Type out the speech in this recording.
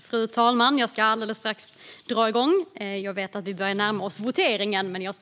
Fru talman!